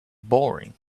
boring